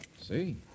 See